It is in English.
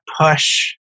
push